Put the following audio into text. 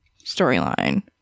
Storyline